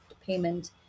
payment